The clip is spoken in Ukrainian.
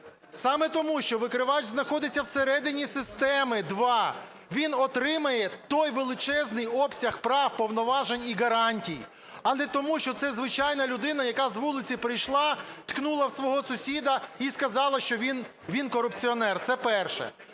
саме тому, що викривач знаходиться всередині системи два, він отримає той величезний обсяг прав, повноважень і гарантій, а не тому що це звичайна людина, яка з вулиці прийшла, ткнула в свого сусіда і сказала, що він корупціонер. Це перше.